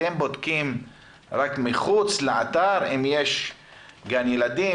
אתם בודקים מחוץ לאתר אם יש גן ילדים,